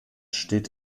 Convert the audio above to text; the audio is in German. steht